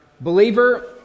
Believer